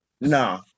No